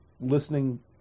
listening